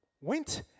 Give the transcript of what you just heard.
went